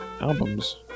albums